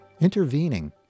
intervening